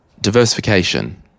diversification